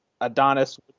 Adonis